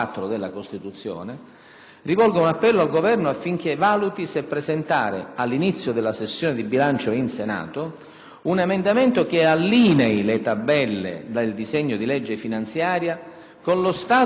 rivolgo un appello al Governo affinché valuti se presentare, all'inizio della sessione di bilancio in Senato, un emendamento che allinei le tabelle del disegno di legge finanziaria con lo stato della legislazione vigente,